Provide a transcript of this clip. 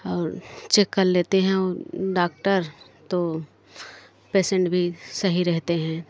और चेक कर लेते हैं डॉक्टर तो पेशेंट भी सही रहते हैं